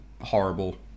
horrible